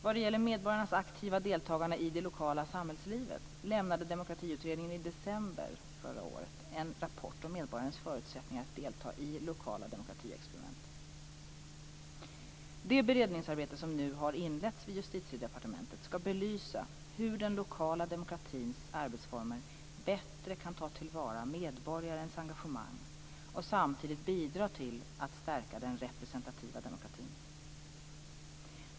Vad det gäller medborgarnas aktiva deltagande i det lokala samhällslivet lämnade Det beredningsarbete som nu har inletts vid Justitiedepartementet skall belysa hur den lokala demokratins arbetsformer bättre kan tillvarata medborgarnas engagemang och samtidigt bidra till att stärka den representativa demokratin.